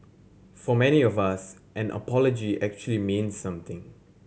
for many of us an apology actually means something